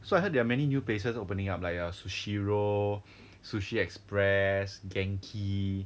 so I heard there are many new places opening up like err sushi roll sushi express genki